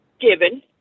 given